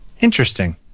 Interesting